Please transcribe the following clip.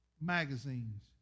magazines